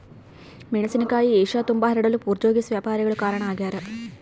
ಮೆಣಸಿನಕಾಯಿ ಏಷ್ಯತುಂಬಾ ಹರಡಲು ಪೋರ್ಚುಗೀಸ್ ವ್ಯಾಪಾರಿಗಳು ಕಾರಣ ಆಗ್ಯಾರ